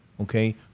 okay